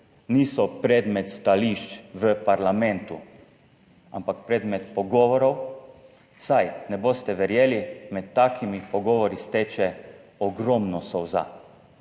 niso predmet stališč v parlamentu, ampak predmet pogovorov, saj, ne boste verjeli, med takimi pogovori steče ogromno solza,